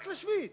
רק לשביעית.